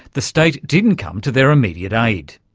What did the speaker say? the state didn't come to their immediate aid.